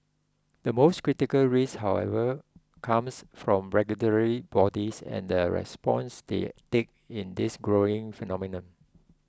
the most critical risk however comes from regulatory bodies and the response they take in this growing phenomenon